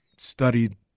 studied